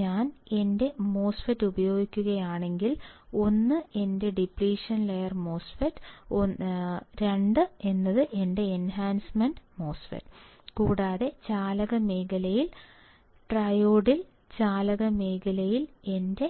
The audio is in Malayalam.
ഞാൻ എന്റെ മോസ്ഫെറ്റ് ഉപയോഗിക്കുകയാണെങ്കിൽ 1 എന്റെ ഡിപ്ലിഷൻ മോസ്ഫെറ്റ് 2 എന്നത് എന്റെ എൻഹാൻസ്മെൻറ് മോസ്ഫെറ്റ് കൂടാതെ ചാലക മേഖല ട്രയോഡിൽ ചാലക മേഖലയിൽ എന്റെ